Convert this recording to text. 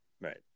Right